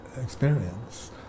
experience